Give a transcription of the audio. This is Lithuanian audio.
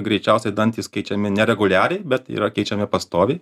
greičiausiai dantys keičiami nereguliariai bet yra keičiami pastoviai